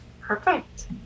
Perfect